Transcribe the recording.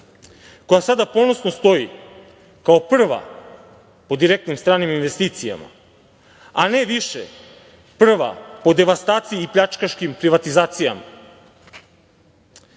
koja sada ponosno stoji kao prva po direktnim stranim investicijama, a ne više prva po devastaciji i pljačkaškim privatizacijama. Lice